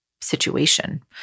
situation